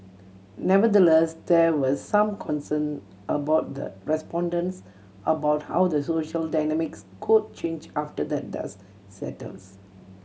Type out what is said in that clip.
nevertheless there were some concern among the respondents about how the social dynamics could change after the dust settles